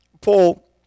Paul